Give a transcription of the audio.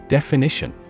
Definition